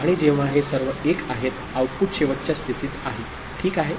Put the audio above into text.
आणि जेव्हा हे सर्व 1 आहेत आउटपुट शेवटच्या स्थितीत आहे ठीक आहे